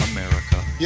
America